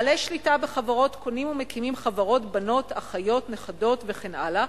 בעלי שליטה בחברות קונים ומקימים חברות-בנות-אחיות-נכדות וכן הלאה,